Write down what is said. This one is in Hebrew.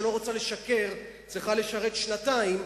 שלא רוצה לשקר צריכה לשרת שנתיים,